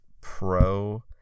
pro